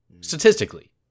Statistically